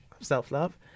self-love